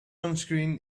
onscreen